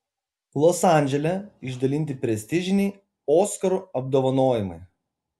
los andžele išdalinti prestižiniai oskarų apdovanojimai